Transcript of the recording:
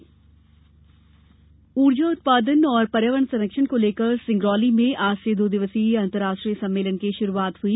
कोल India ऊर्जा उत्पादन और पर्यावरण संरक्षण को लेकर सिंगरौली में आज से दो दिवसीय अंतर्राष्ट्रीय सम्मेलन की शुरूआत हुई